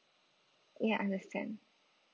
ya understand